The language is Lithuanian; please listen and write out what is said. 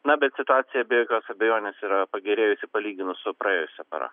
na bet situacija be jokios abejonės yra pagerėjusi palyginus su praėjusia para